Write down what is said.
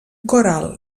coral